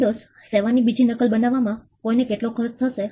Windows 7 ની બીજી નકલ બનાવવામાં કોઈને કેટલો ખર્ચ થશે